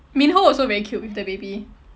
minho also very cute with the baby